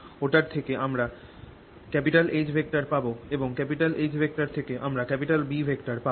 ওটার থেকে আমরা H পাব এবং H থেকে আমরা B পাব